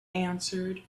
answered